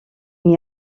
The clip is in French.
n’y